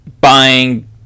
buying